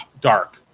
dark